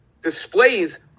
displays